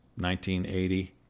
1980